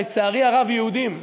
לצערי הרב יהודים ויהודיות,